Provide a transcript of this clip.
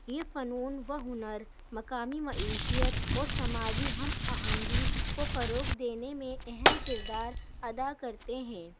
یہ فنون و ہنر مقامی معیشت اور سماجی ہم آہنگی کو فروغ دینے میں اہم کردار ادا کرتے ہیں